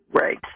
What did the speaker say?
Right